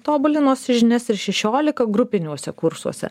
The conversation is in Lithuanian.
tobulinosi žinias ir šešiolika grupiniuose kursuose